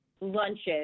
lunches